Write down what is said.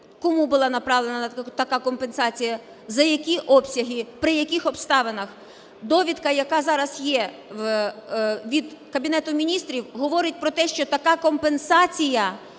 кому була направлена така компенсація, за які обсяги, при яких обставинах. Довідка, яка зараз є від Кабінету Міністрів, говорить про те, що така компенсація